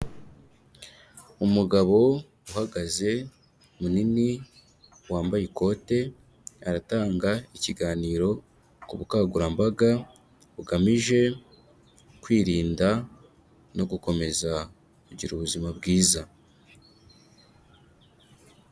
Umugabo uhagaze, munini, wambaye ikote, aratanga ikiganiro ku bukangurambaga bugamije kwirinda no gukomeza kugira ubuzima bwiza.